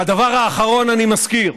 והדבר האחרון, אני מזכיר: